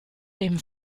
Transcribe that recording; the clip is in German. dem